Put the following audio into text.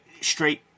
straight